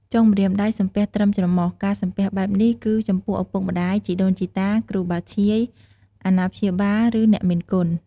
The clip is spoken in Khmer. ចុងម្រាមដៃសំពះត្រឹមច្រមុះ ការសំពះបែបនេះ គឺចំពោះឳពុកម្តាយ ជីដូនជីតា គ្រូបាធ្យាយ អាណាព្យាបាល ឬ អ្នកមានគុណ។